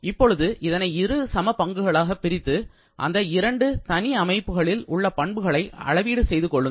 இப்போது இதனை இரு சம பங்குகளாக பிரித்து அந்த இரண்டு சனி அமைப்புகளில் உள்ள பண்புகளை அளவீடு செய்து கொள்ளுங்கள்